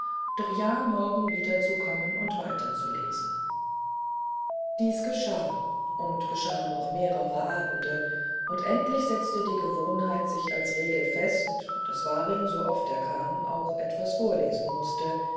doch ja morgen wiederzukommen und weiterzulesen dies geschah und geschah noch mehrere abende und endlich setzte die gewohnheit sich als regel fest daß waring sooft er kam auch etwas vorlesen mußte